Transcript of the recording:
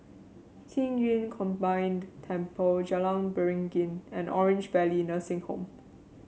Qing Yun Combined Temple Jalan Beringin and Orange Valley Nursing Home